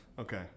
Okay